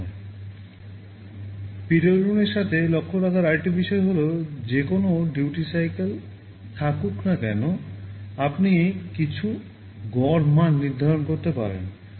PWM এর সাথে লক্ষ্য রাখার আরেকটি বিষয় হল যে কোনও duty cycle থাকুক না কেন আপনি কিছু গড় মান নির্ধারণ করতে পারেন